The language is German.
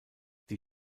die